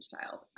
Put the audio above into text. child